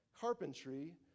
carpentry